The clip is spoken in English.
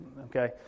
Okay